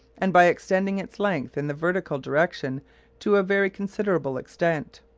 and by extending its length in the vertical direction to a very considerable extent.